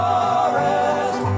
Forest